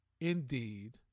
indeed